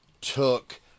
took